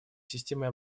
системой